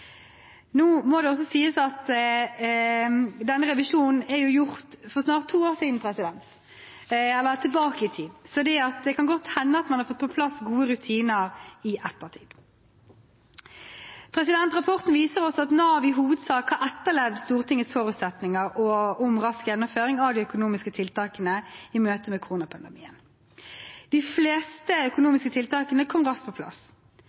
Nå må det også sies at denne revisjonen er gjort for snart to år siden, eller tilbake i tid, så det kan godt hende at man har fått på plass gode rutiner i ettertid. Rapporten viser oss at Nav i hovedsak har etterlevd Stortingets forutsetninger om rask gjennomføring av de økonomiske tiltakene i møte med koronapandemien. De fleste økonomiske tiltakene kom raskt på plass.